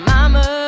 Mama